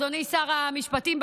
אדוני שר המשפטים,